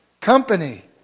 Company